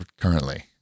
currently